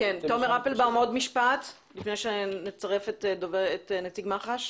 תומר אפלבאום, עוד משפט לפני שנצרף את נציג מח"ש.